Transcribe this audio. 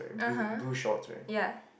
(uh huh) yeah